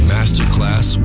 Masterclass